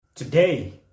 Today